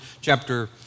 chapter